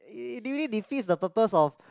it really defeats the purpose of